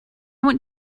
want